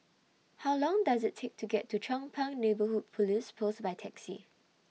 How Long Does IT Take to get to Chong Pang Neighbourhood Police Post By Taxi